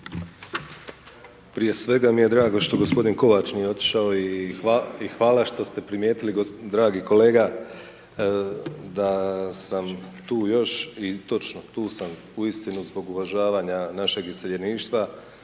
Prije svega mi je drago što g. Kovač nije otišao i hvala što ste primijetili dragi kolega da sam tu još i točno tu sam uistinu zbog uvažavanja našeg iseljeništva,